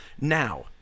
Now